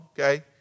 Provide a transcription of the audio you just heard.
Okay